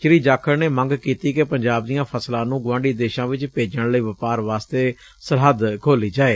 ਸ੍ਰੀ ਜਾਖੜ ਨੇ ਮੰਗ ਕੀਤੀ ਕਿ ਪੰਜਾਬ ਦੀਆਂ ਫਸਲਾਂ ਨੁੰ ਗੁਆਂਢੀ ਦੇਸ਼ਾਂ ਵਿਚ ਭੇਜਣ ਲਈ ਵਪਾਰ ਵਾਸਤੇ ਸਰਹੱਦ ਖੋਲ੍ਹੀ ਜਾਵੇ